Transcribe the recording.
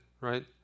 right